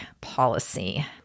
policy